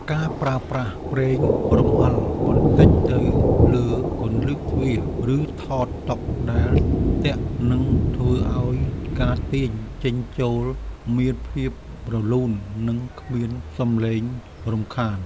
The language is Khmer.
ការប្រើប្រាស់ប្រេងរំអិលបន្តិចទៅលើគន្លឹះទ្វារ ឬថតតុដែលទាក់ នឹងធ្វើឱ្យការទាញចេញចូលមានភាពរលូន និងគ្មានសំឡេងរំខាន។